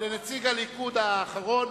לנציג הליכוד האחרון